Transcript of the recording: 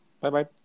Bye-bye